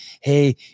Hey